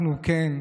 אנחנו, כן,